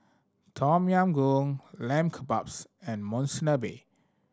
Tom Yam Goong Lamb Kebabs and Monsunabe